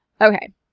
Okay